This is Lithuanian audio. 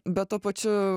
bet tuo pačiu